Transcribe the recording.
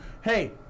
hey